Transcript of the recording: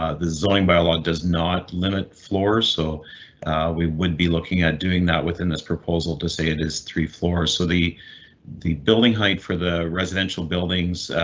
ah the zoning dialogue does not limit floors, so we would be looking at doing that within this proposal to say it is three floors, so the the building height for the residential buildings.